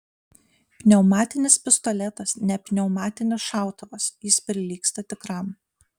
pneumatinis pistoletas ne pneumatinis šautuvas jis prilygsta tikram